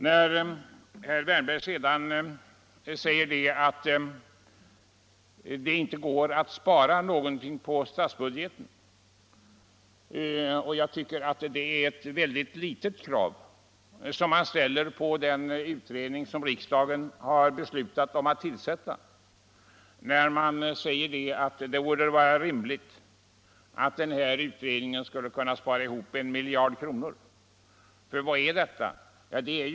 Herr Wärnberg säger sedan att det inte går att spara någonting på statsbudgeten. Jag tycker att det är ett väldigt litet krav man ställer på den utredning som riksdagen har beslutat tillsätta, när man säger att det borde vara rimligt att utredningen skulle kunna lägga fram förslag till besparingar på 1 miljard kronor.